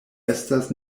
estas